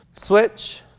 switch,